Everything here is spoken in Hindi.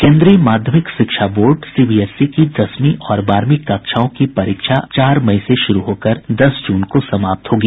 केन्द्रीय माध्यमिक शिक्षा बोर्ड सीबीएसई की दसवीं और बारहवीं कक्षाओं की परीक्षा चार मई से शुरू होकर दस जून को समाप्त होंगी